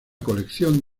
colección